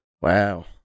Wow